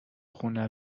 خونه